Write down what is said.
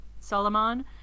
Solomon